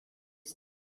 ist